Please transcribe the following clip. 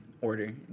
order